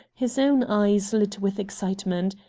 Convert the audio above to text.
his own eyes lit with excitement.